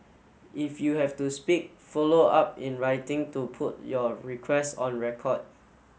if you have to speak follow up in writing to put your requests on record